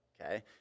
okay